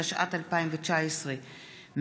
התשע"ט 2019,